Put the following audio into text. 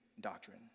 doctrine